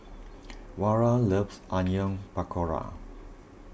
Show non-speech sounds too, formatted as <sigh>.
<noise> Vara loves Onion Pakora